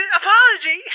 apology